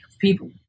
people